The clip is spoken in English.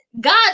God